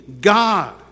God